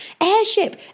Airship